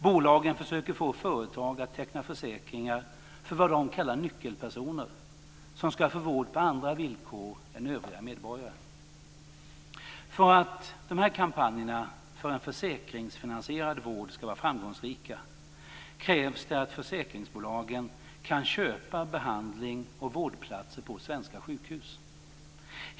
Bolagen försöker få företag att teckna försäkringar för vad de kallar nyckelpersoner, som ska få vård på andra villkor än övriga medborgare. För att dessa kampanjer för en försäkringsfinansierad vård ska vara framgångsrika krävs det att försäkringsbolagen kan köpa behandling och vårdplatser på svenska sjukhus.